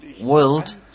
world